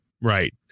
Right